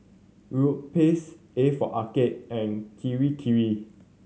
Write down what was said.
Europace A for Arcade and Kirei Kirei